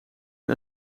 een